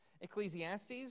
ecclesiastes